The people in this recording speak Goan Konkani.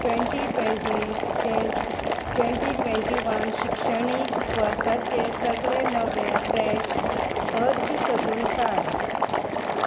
ट्वेंटी ट्वेंटी ते ट्वेंटी ट्वेंटी वन शिक्षणीक वर्साचे सगळे नवे फ्रॅश अर्ज सोदून काड